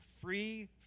Free